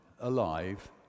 alive